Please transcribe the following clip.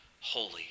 holy